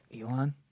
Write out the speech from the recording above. Elon